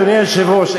אדוני היושב-ראש,